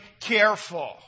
careful